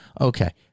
okay